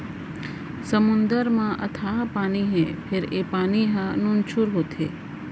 समुद्दर म अथाह पानी हे फेर ए पानी ह नुनझुर होथे